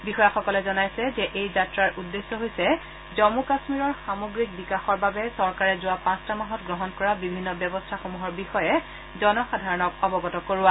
বিষয়াসকলে জনাইছে যে এই যাত্ৰাৰ উদ্দেশ্য হৈছে জম্মু কাশ্মীৰৰ সামগ্ৰিক বিকাশৰ বাবে চৰকাৰে যোৱা পাঁচটা মাহত গ্ৰহণ কৰা বিভিন্ন ব্যৱস্থাসমূহৰ বিষয়ে জনসাধাৰণক অৱগত কৰোৱা